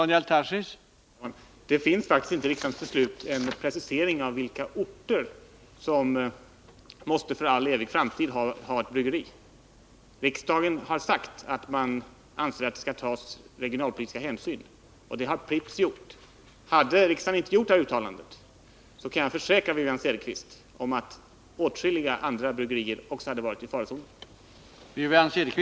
Herr talman! Det finns faktiskt inte i riksdagens beslut någon precisering av vilka orter som för all framtid måste ha ett bryggeri. Riksdagen har sagt att det skall tas regionalpolitiska hänsyn. Det har Pripps gjort. Jag kan försäkra Wivi-Anne Cederqvist att om den restriktionen inte fanns hade åtskilliga andra bryggerier också varit i farozonen.